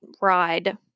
ride